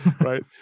right